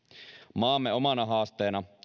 maamme omana haasteena